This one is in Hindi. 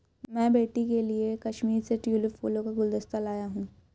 मैं बेटी के लिए कश्मीर से ट्यूलिप फूलों का गुलदस्ता लाया हुं